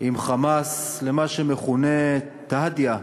עם "חמאס", על מה שמכונה "תהדיה",